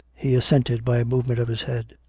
he assented by a movement of his head.